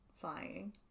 flying